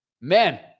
man